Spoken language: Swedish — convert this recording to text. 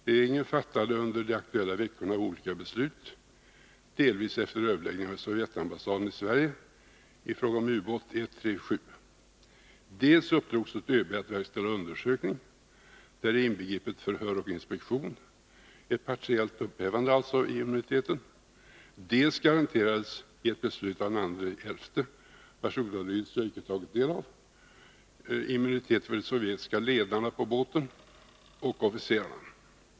Regeringen fattade under de aktuella veckorna olika beslut, delvis efter överläggningar med Sovjetambassaden i Sverige i fråga om ubåt 137. Dels uppdrogs åt överbefälhavaren att färdigställa undersökning, därvid inbegripet förhör och inspektion samt ett partiellt upphävande av immuniteten, dels garanterades i ett beslut den 2 november, vars ordalydelse jag icke tagit del av, immunitet för de sovjetiska ledarna på båten och officerarna.